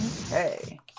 Okay